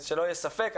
שלא יהיה ספק,